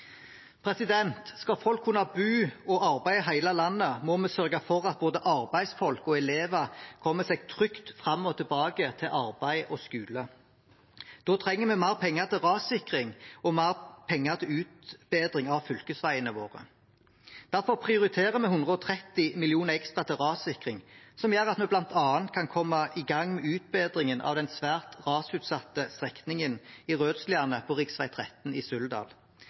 Skal folk kunne bo og arbeide i hele landet, må vi sørge for at både arbeidsfolk og elever kommer seg trygt fram og tilbake til arbeid og skole. Da trenger vi mer penger til rassikring og mer penger til utbedring av fylkesveiene våre. Derfor prioriterer vi 130 mill. kr ekstra til rassikring, som gjør at vi bl.a. kan komme i gang med utbedringen av den svært rasutsatte strekningen i Rødsliane på rv. 13 i